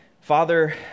Father